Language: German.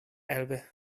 elbe